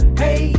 hey